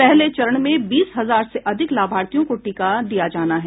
पहले चरण में बीस हजार से अधिक लाभार्थियों को टीका दिया जाना है